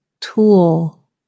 tool